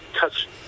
touch